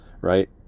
right